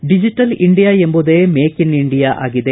digital India ಎಂಬುದೇ make in India ಆಗಿದೆ